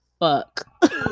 fuck